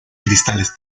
cristales